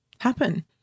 happen